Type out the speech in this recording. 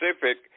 Pacific